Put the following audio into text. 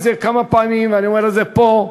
אסור לנו לקבל כאן,